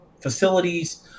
facilities